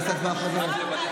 נעשה הצבעה חוזרת.